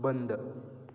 बंद